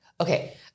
okay